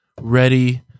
ready